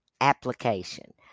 application